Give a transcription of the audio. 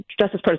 Justice